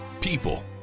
people